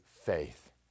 faith